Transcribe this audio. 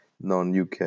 non-UK